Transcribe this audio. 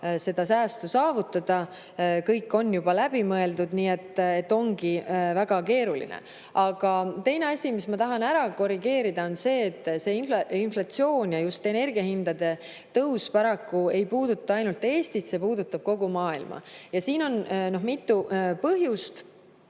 seda säästu saavutada. Kõik on juba niigi läbi mõeldud. Nii et ongi väga keeruline. Aga teine asi, mille ma tahan ära korrigeerida, on see, et inflatsioon ja just energiahindade tõus paraku ei puuduta ainult Eestit. See puudutab kogu maailma. Ja siin on mitu põhjust.